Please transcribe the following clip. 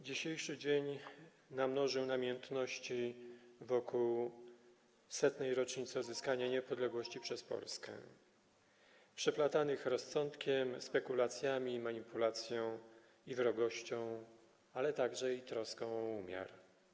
Dzisiejszy dzień namnożył namiętności wokół 100. rocznicy odzyskania niepodległości przez Polskę, namiętności przeplatanych rozsądkiem, spekulacjami, manipulacją i wrogością, ale także troską o umiar.